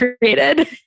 created